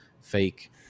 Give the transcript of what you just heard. fake